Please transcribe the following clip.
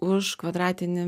už kvadratinį